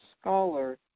scholar